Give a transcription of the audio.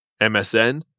MSN